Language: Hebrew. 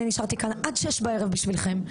אני נשארתי כאן עד 18:00 בשבילכם.